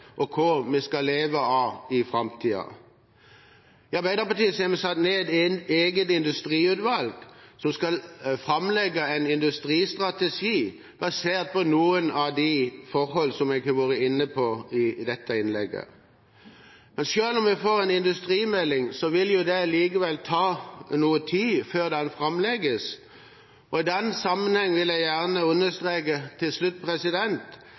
og hva vi skal leve av i framtiden. Arbeiderpartiet har nedsatt et eget industriutvalg som skal framlegge en industristrategi basert på noen av de forhold jeg har vært inne på i dette innlegget. Selv om vi skal få en industrimelding, vil det likevel ta noe tid før den framlegges. I den sammenheng vil jeg gjerne understreke til slutt